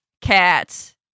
cats